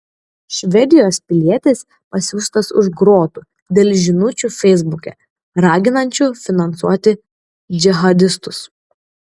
švedijos pilietis pasiųstas už grotų dėl žinučių feisbuke raginančių finansuoti džihadistus